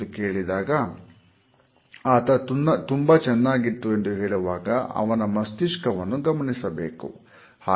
" ಎಂದು ಕೇಳಿದಾಗ ಆತ " ತುಂಬಾ ಚೆನ್ನಾಗಿತ್ತು" ಎಂದು ಹೇಳುವಾಗ ಅವನ ಮಸ್ತಿಷ್ಕ ವನ್ನು ಗಮನಿಸಬೇಕು